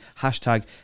hashtag